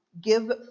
give